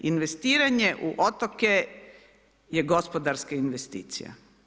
Investiranje u otoke je gospodarska investicija.